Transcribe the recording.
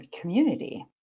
community